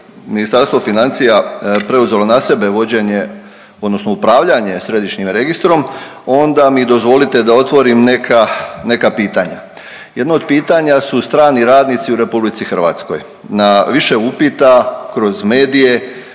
Ministarstvo financija preuzelo na sebe vođenje, odnosno upravljanje središnjim registrom onda mi dozvolite da otvorim neka pitanja. Jedno od pitanja su strani radnici u Republici Hrvatskoj. Na više upita kroz medije